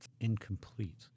incomplete